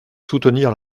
soutenir